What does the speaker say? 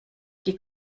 die